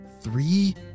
three